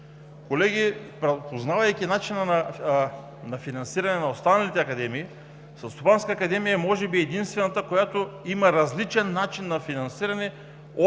Колеги, познавайки начина на финансиране на останалите академии, Селскостопанската академия е може би единствената, която има различен начин на финансиране